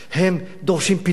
הם דורשים פתרונות,